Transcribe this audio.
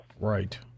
Right